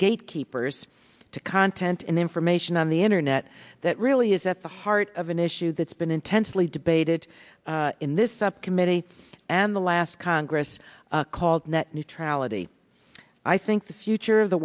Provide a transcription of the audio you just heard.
gatekeepers to content and information on the internet that really is at the heart of an issue that's been intensely debated in this subcommittee and the last congress called net neutrality i think the future of the